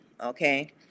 Okay